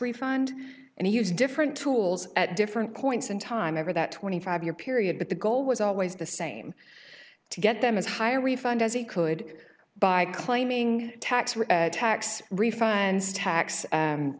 refund and he used different tools at different points in time ever that twenty five year period but the goal was always the same to get them as high a refund as he could by claiming tax tax refunds tax